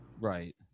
Right